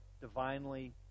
divinely